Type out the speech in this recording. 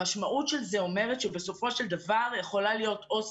המשמעות של זה אומרת שבסופו של דבר יכולה להיות עובדת